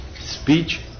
speech